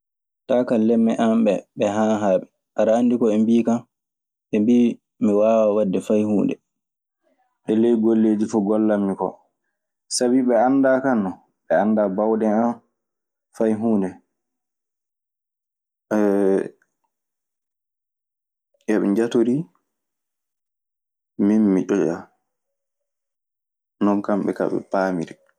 "Taakalemme an ɓee, ɓe hanhaaɓe. Aɗe anni ko ɓe mbii kan? Ɓe mbii mi waawa waɗde fay huunde"